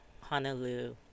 Honolulu